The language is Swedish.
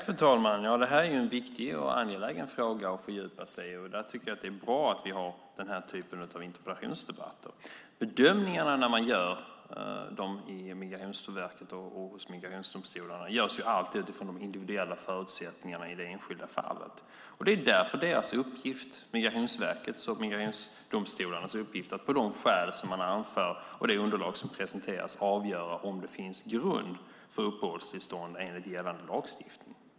Fru talman! Detta är en viktig och angelägen fråga att fördjupa sig i. Det är därför bra att vi har den här typen av interpellationsdebatter. Bedömningarna i Migrationsverket och hos migrationsdomstolarna görs alltid utifrån de individuella förutsättningarna i det enskilda fallet. Det är Migrationsverkets och migrationsdomstolarnas uppgift att på de skäl som anförs och det underlag som presenteras avgöra om det finns grund för uppehållstillstånd enligt gällande lagstiftning.